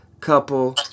couple